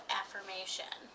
affirmation